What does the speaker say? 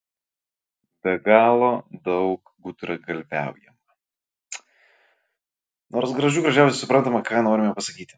be galo daug gudragalviaujama nors gražių gražiausiai suprantama ką norime pasakyti